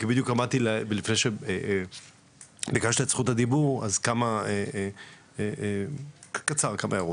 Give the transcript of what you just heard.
כי בדיוק אמרתי וביקשת את זכות הדיבור אז קצר כמה הערות,